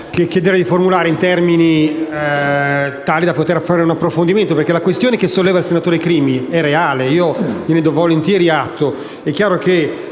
chiederei di formulare in termini tali da poter svolgere un approfondimento. La questione che solleva il senatore Crimi è reale e gliene do volentieri atto.